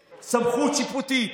לא סמכות שיפוטית.